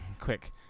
quick